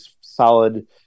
solid